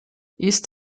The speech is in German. ist